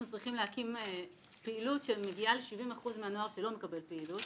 צריכים להקים פעילות שמגיע ל-70% מהנוער שלא משתתף פעילות